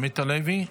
עמית הלוי?